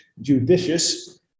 judicious